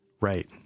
right